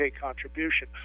contribution